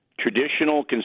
traditional